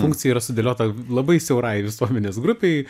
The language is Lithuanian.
funkcija yra sudėliota labai siaurai visuomenės grupei